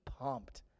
pumped